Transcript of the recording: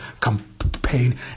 campaign